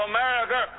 America